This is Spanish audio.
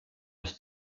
los